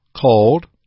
called